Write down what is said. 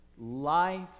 life